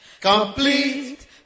Complete